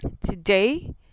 today